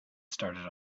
started